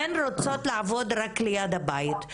הן רוצות לעבוד רק ליד הבית.